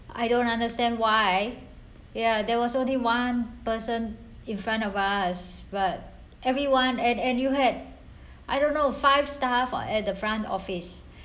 I don't understand why ya there was only one person in front of us but everyone at and you had I don't know five staff at the front office